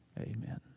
amen